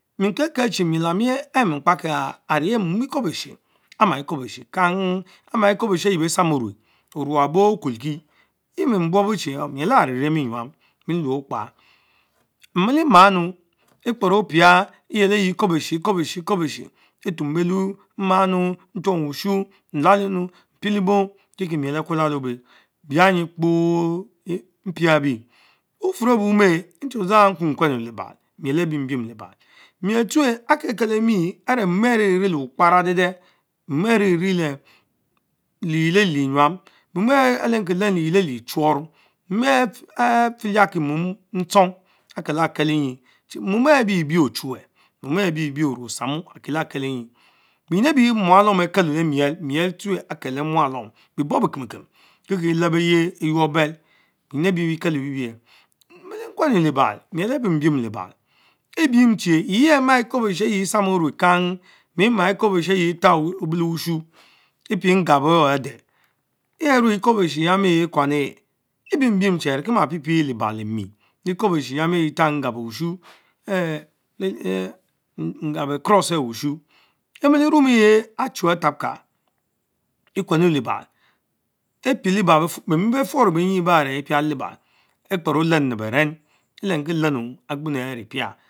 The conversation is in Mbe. Mie kekel chie miel amie are mikpakie aha aree mom ekubeshe, ama Ekwobeshe kang, amaa ekobeshe eyle beh tpsanmu orueh, oruebo okuelkie, yie mie buoben chi miel ammi aha ari vie mie enya, mie-lue kpa, mike magnu experopis, eyelo envie ekobeone-exobeshe ekobesne, etumbelun mmaana, ntuong wushu latemupu mpielebo kikie miel akuels lebey bianyi kpo mpia bie. Bufurue bu ome nzehe dzang nkwekwenu lebal miel abimbin lebal, miel tsueh akelemie aree mom arierie le wukpara den den, momane-viele Leyiel alte lenyam, mom are lenkie lemy lequel elie shorrh, mom enh fieliakie mom nchong, akela-kel enyie, mom ehh biebie achurch, mom anh biebie orme atpramen akelakel enti, bienyin ebie muatom akelo le miel, miel tsuch akalo les mualom, bekor bee kem-mikem kikie elebeteh eymour bell benyin ebie ebreto bebien. milch kwenu lebal miel abietiin lebal, ebinchise ye elh ekabeshe eyie bes pramone kang, mie man ekubeshe eyie takh obey leuchu, epie ngabor ehh ades yeh ame exubeshe eyann ekuan ehh Eblembion Chie ankie ma pie pie lebal lemiebeh exubeshe Exami eyen tahh ngabo ushy the ngaboch Cross ahh wushu, emelie-rumuch achu atapka Ekwenu lebal epie lebal bemay befur le benyie baarch epiale lebal Ekperr olennu le beren agbenu areeh piap